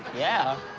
yeah.